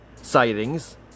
sightings